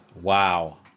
Wow